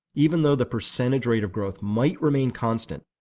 even though the percentage rate of growth might remain constant,